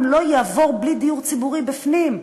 לא יעבור בלי דיור ציבורי בפנים.